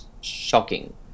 Shocking